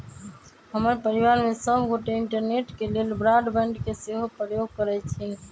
हमर परिवार में सभ गोटे इंटरनेट के लेल ब्रॉडबैंड के सेहो प्रयोग करइ छिन्ह